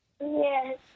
Yes